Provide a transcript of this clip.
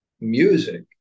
music